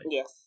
Yes